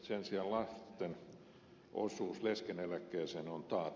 sen sijaan lasten osuus leskeneläkkeeseen on taattu